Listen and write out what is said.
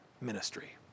ministry